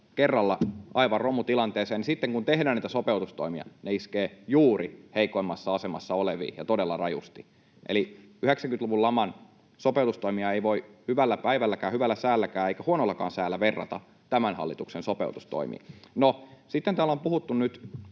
kerralla aivan romutilanteeseen, niin sitten kun tehdään niitä sopeutustoimia, ne iskevät juuri heikoimmassa asemassa oleviin, ja todella rajusti. Eli 90-luvun laman sopeutustoimia ei voi hyvällä päivälläkään, hyvällä säälläkään eikä huonollakaan säällä verrata tämän hallituksen sopeutustoimiin. No, sitten täällä on puhuttu, nyt